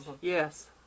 Yes